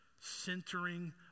centering